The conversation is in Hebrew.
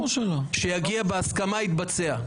שיגיע בהסכמה יתבצע.